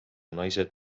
naised